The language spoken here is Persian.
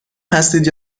هستید